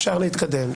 אפשר להתקדם.